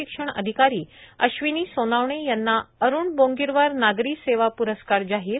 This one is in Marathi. शिक्षण अधिकारी अश्वीनी सोनावणे यांना अरूण बोंगिरवार नागरी सेवा प्रस्कार जाहीर